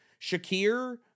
Shakir